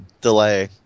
delay